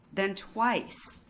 then twice,